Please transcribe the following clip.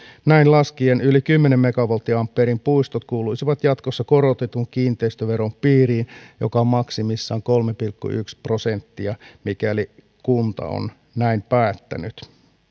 näin laskien yli kymmenen megavolttiampeerin puistot kuuluisivat jatkossa korotetun kiinteistöveron piiriin joka on maksimissaan kolme pilkku yksi prosenttia mikäli kunta on näin päättänyt